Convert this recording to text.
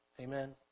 Amen